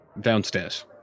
downstairs